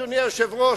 אדוני היושב-ראש,